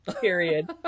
period